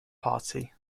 party